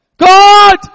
God